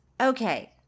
Okay